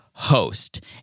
Host